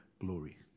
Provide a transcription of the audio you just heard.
Glory